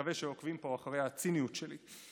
מקווה שעוקבים פה אחרי הציניות שלי.